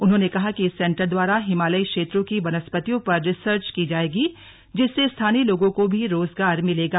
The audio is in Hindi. उन्होंने कहा कि इस सेंटर द्वारा हिमालयी क्षेत्रों की वनस्पतियों पर रिसर्च की जायेगी जिससे स्थानीय लोगों को भी रोजगार मिलेगा